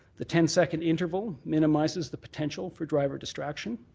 the ten second interval minimizes the potential for driver distraction.